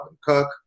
Cook